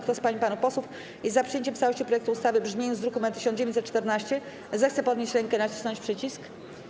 Kto z pań i panów posłów jest za przyjęciem w całości projektu ustawy w brzmieniu z druku nr 1914, zechce podnieść rękę i nacisnąć przycisk.